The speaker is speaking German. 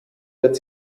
wird